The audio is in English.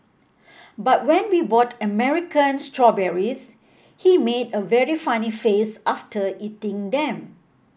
but when we bought American strawberries he made a very funny face after eating them